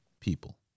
people